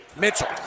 Mitchell